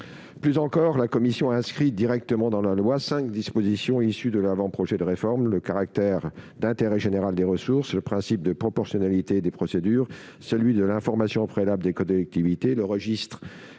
Plus encore, la commission a inscrit directement dans la loi cinq dispositions issues de l'avant-projet de réforme : le caractère d'intérêt général des ressources, le principe de proportionnalité des procédures, celui de l'information préalable des collectivités, le registre